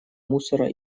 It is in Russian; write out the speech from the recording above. мусора